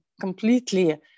completely